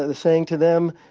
ah saying to them,